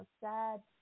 Sad